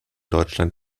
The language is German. deutschland